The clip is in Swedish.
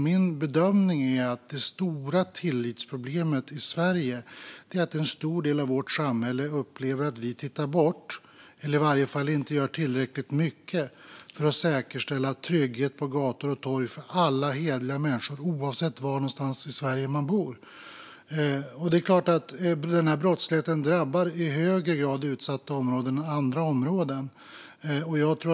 Min bedömning är att det stora tillitsproblemet i Sverige är att en stor del av vårt samhälle upplever att vi tittar bort eller i varje fall inte gör tillräckligt mycket för att säkerställa trygghet på gator och torg för alla hederliga människor oavsett var de bor i Sverige. Det är klart att brottsligheten i högre grad drabbar utsatta områden än andra områden.